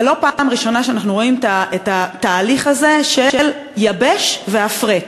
זו לא פעם ראשונה שאנחנו רואים את התהליך הזה של "יבש והפרט".